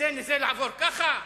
ייתן לזה לעבור ככה?